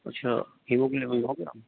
अच्छा हीमोग्लेबिन आ गया